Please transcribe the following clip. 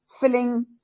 filling